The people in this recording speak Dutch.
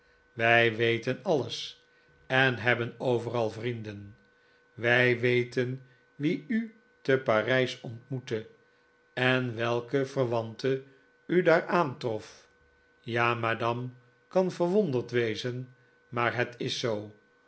wij weten alles en hebben overal vrienden wij weten wie u te parijs ontmoette en welke verwanten u daar aantrof ja madame kan verwonderd wezen maar het is zoo